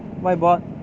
whiteboard